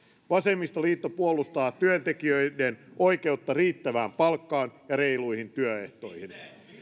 vasemmistoliitto puolustaa työntekijöiden oikeutta riittävään palkkaan ja reiluihin työehtoihin